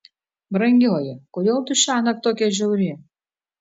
brangioji kodėl tu šiąnakt tokia žiauri